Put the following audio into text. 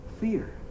fear